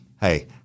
Hey